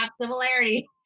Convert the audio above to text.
similarity